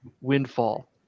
windfall